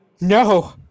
No